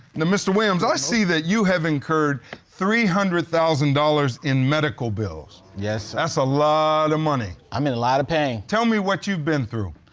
mr. williams, i see that you have incurred three hundred thousand dollars in medical bills. yes. that's a lot of money. i'm in a lot of pain. tell me what you've been through.